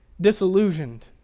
disillusioned